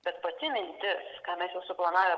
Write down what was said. bet pati mintis ką mes jau suplanavę